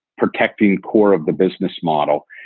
protecting core of the business model.